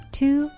Two